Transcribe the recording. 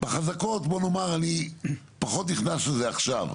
בחזקות בוא נאמר שאני פחות נכנס לזה עכשיו,